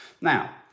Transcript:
Now